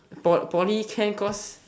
po~ poly can cause